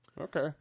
Okay